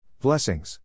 Blessings